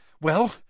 Well